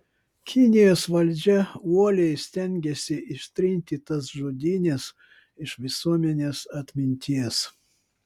kinijos valdžia uoliai stengėsi ištrinti tas žudynes iš visuomenės atminties